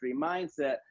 mindset